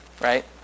right